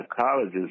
colleges